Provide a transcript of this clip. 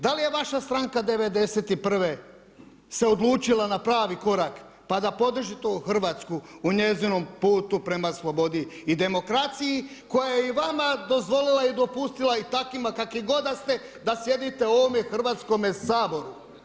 Da li je vaša stranka '91. se odlučila na pravi korak pa da podrži tu Hrvatsku u njezinom putu prema slobodi i demokraciji koja je i vama dozvolila i dopustila i takvima kakvi god da ste da sjedite u ovom Hrvatskome saboru.